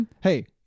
hey